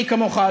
מי כמוך,